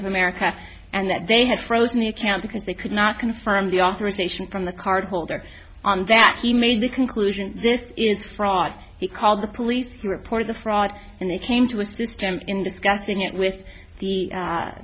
of america and that they had frozen the account because they could not confirm the authorization from the card holder on that he made the conclusion this is fraud he called the police who reported the fraud and they came to assist him in discussing it with the